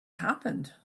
happened